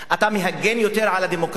אתה מגן יותר על הדמוקרטיה,